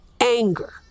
anger